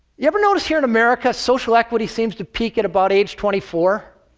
you ever notice here in america, social equity seems to peak at about age twenty four?